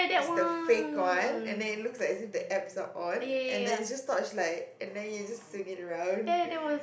is the fake one and then it looks like as if the apps are on and there is this torchlight and then you just swing it around